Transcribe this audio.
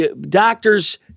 doctors